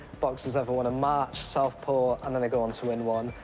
boxer's never won a match, southpaw, and then they go on to win one.